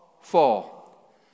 fall